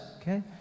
okay